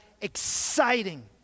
exciting